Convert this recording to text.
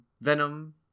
venom